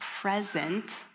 present